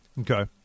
Okay